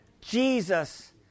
Jesus